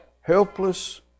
helpless